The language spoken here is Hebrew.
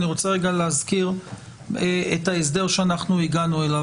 אני רוצה רגע להזכיר את ההסדר שאנחנו הגענו אליו.